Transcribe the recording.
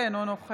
על פי בקשת